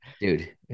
Dude